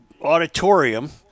auditorium